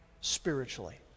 spiritually